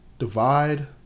Divide